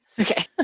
Okay